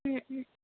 ம் ம்